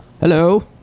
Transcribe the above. Hello